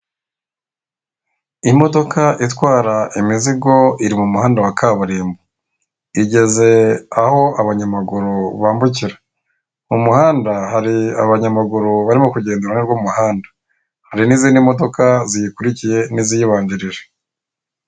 Imodoka itwara imizigo iri mu muhanda wa kaburimbo, igeze aho abanyamaguru bambukira mu muhanda hari abanyamaguru barimo kugenda iruhande rw'umuhanda hari n'izindi modoka ziyikurikiye n'iziyibanjirije.